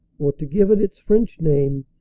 or, to give it its french name,